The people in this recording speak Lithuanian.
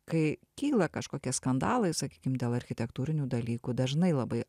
kai kyla kažkokie skandalai sakykim dėl architektūrinių dalykų dažnai labai